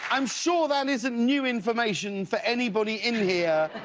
i'm sure that isn't new information for anybody in here